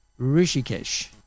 Rishikesh